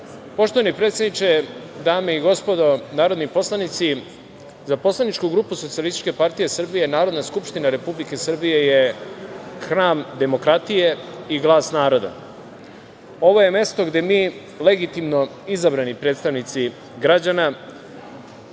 predsedniče, dame i gospodo narodni poslanici, za poslaničku grupu SPS Narodna skupština Republike Srbije je hram demokratije i glas naroda. Ovo je mesto gde mi legitimno izabrani predstavnici građana